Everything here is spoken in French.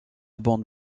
bande